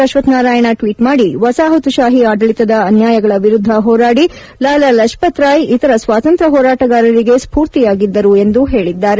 Ashwath Narayan tweet ಮಾಡಿ ವಸಾಹತುಶಾಹಿ ಆಡಳಿತದ ಅನ್ನಾಯಗಳ ವಿರುದ್ದ ಹೋರಾಡಿ ಲಾಲಾ ಲಜಪತ್ ರಾಯ್ ಇತರ ಸ್ನಾತಂತ್ರ್ ಹೋರಾಟಗಾರರಿಗೆ ಸ್ಪೂರ್ತಿಯಾಗಿದ್ದರು ಎಂದು ಹೇಳಿದ್ದಾರೆ